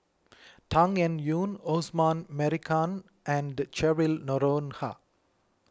Tan Eng Yoon Osman Merican and Cheryl Noronha